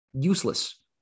useless